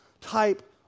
type